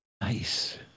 Nice